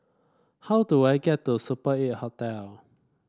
how do I get to Super Eight Hotel